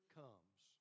comes